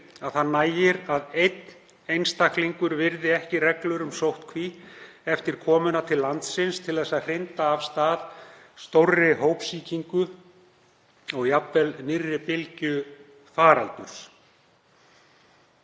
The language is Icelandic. að það nægir að einn einstaklingur virði ekki reglur um sóttkví eftir komuna til landsins til að hrinda af stað stórri hópsýkingu og jafnvel nýrri bylgju faraldurs.“